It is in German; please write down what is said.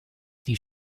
die